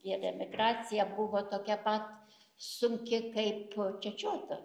ir emigracija buvo tokia pat sunki kaip čečioto